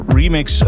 remix